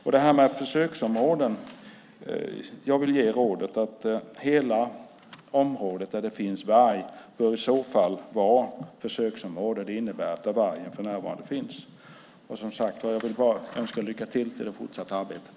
När det gäller försöksområden vill jag ge rådet att hela området där det finns varg bör i så fall vara försöksområde. Det innebär där vargen för närvarande finns. Jag önskar lycka till i det fortsatta arbetet.